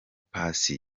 paccy